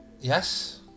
Yes